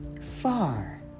Far